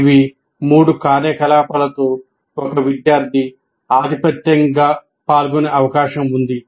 ఇవి మూడు కార్యకలాపాలతో ఒక విద్యార్థి ఆధిపత్యం గా పాల్గొనే అవకాశం ఉంది